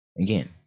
Again